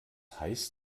heißt